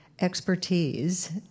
expertise